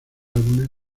álbumes